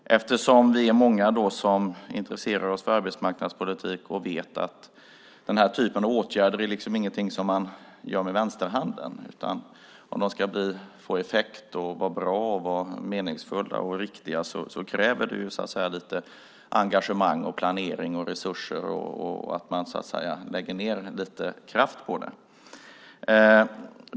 Vi är många som är intresserade av arbetsmarknadspolitik och vet att den här typen av åtgärder inte är någonting som man gör med vänsterhanden. Om de ska få effekt och vara bra, meningsfulla och riktiga krävs det lite engagemang och planering, resurser och att man lägger ned lite kraft på det.